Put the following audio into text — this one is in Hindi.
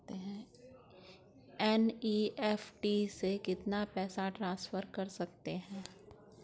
एन.ई.एफ.टी से कितना पैसा ट्रांसफर कर सकते हैं?